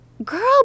Girl